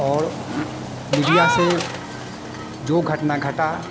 और मिडिया से जो घटना घटा